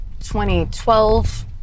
2012